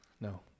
no